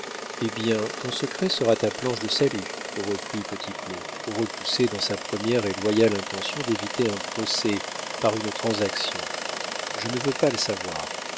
eh bien ton secret sera ta planche de salut reprit petit claud repoussé dans sa première et loyale intention d'éviter un procès par une transaction je ne veux pas le savoir